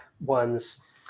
ones